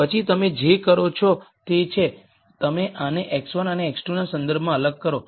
પછી તમે જે કરો છો તે છે તમે આને x1 અને x2 ના સંદર્ભમાં અલગ કરો